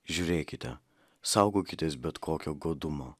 žiūrėkite saugokitės bet kokio godumo